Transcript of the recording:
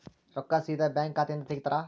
ರೊಕ್ಕಾ ಸೇದಾ ಬ್ಯಾಂಕ್ ಖಾತೆಯಿಂದ ತಗೋತಾರಾ?